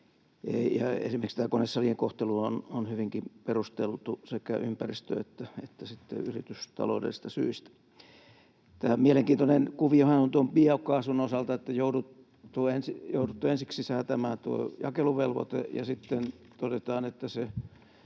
Esimerkiksi tämä konesalien kohtelu on hyvinkin perusteltu sekä ympäristö- että yritystaloudellisista syistä. Mielenkiintoinen kuviohan on tuon biokaasun osalta: siinä on jouduttu ensiksi säätämään tuo jakeluvelvoite, mutta kun sitten todetaan, että